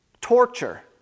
torture